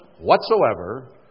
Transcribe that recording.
whatsoever